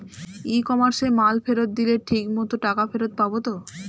ই কমার্সে মাল ফেরত দিলে ঠিক মতো টাকা ফেরত পাব তো?